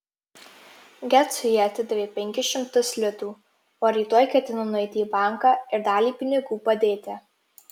gecui ji atidavė penkis šimtus litų o rytoj ketino nueiti į banką ir dalį pinigų padėti